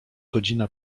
godzina